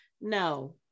No